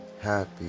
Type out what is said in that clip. happy